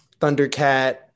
Thundercat